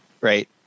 right